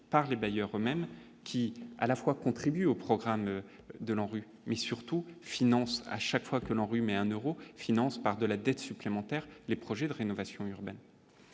par les bailleurs eux-même qui, à la fois contribue au programme de l'ANRU mais surtout à chaque fois que l'enrhumé 1 euros financé par de la dette supplémentaire, les projets de rénovation urbaine.